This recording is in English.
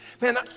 Man